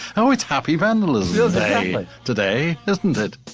oh, it's happy vandalism today, isn't it?